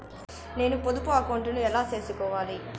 నేను పొదుపు అకౌంటు ను ఎలా సేసుకోవాలి?